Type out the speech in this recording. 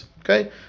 okay